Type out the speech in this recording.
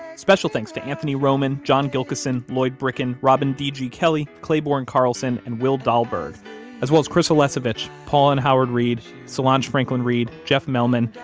special thanks to anthony roman, john gilkeson, lloyd bricken, robin d. g. kelley, clayborne carlson, and will dahlberg as well as chris alesevich, paula and howard reed, solange franklin reed, jeff melman,